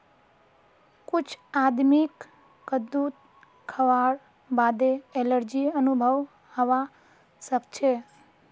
कुछ आदमीक कद्दू खावार बादे एलर्जी अनुभव हवा सक छे